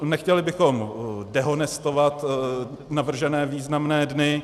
Nechtěli bychom dehonestovat navržené významné dny.